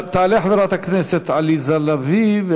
תעלה חברת הכנסת עליזה לביא,